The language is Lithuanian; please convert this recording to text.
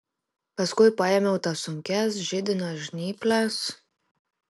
paskui paėmiau tas sunkias židinio žnyples